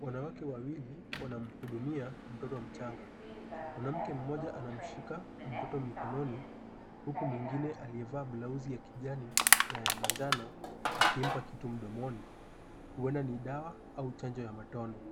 Wanawake wawili wanamhudumia mtoto mchanga. Mwanamke mmoja anamshika mtoto mikononi huku mwingine aliyevaa blauzi ya kijani na ya manjano akimpa kitu mdomoni huenda ni dawa au chanjo ya matone.